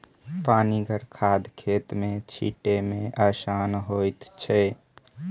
पनिगर खाद खेत मे छीटै मे आसान होइत छै